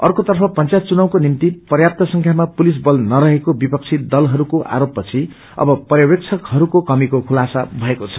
अर्केतर्फ पंचायत चुनावको निम्ति प्यांत संख्यामा पुलिस बत नरहेको विपक्षी दलहरूको आरोपपछि अब पर्यवेक्षक हरूको कमीको खुलासा भएको छ